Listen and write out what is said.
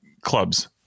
clubs